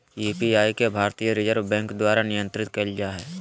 UPI के भारतीय reserve bank द्वारा नियंत्रित कइल जा हइ